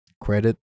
Credit